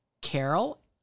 Carol